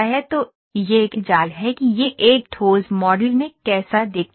तो यह एक जाल है कि यह एक ठोस मॉडल में कैसा दिखता है